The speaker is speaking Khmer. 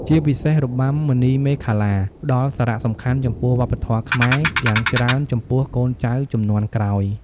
ជាពិសេសរបាំមុនីមាឃលា ផ្តល់សារសំខាន់ចំពោះវប្បធម៌ខ្មែរយ៉ាងច្រើនចំពោះកូនចៅជំនាន់ក្រោយ។